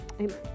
amen